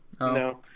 no